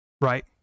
right